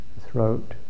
throat